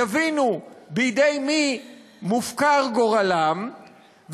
יבינו בידי מי מופקר גורלם,